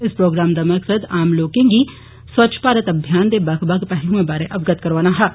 इस प्रोग्राम दा मकसद आम लोके गी स्वच्छ भारत अभियान दे बक्ख बक्ख पैहलुए बारे अवगत करोआना हा